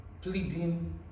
pleading